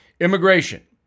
Immigration